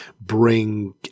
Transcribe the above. bring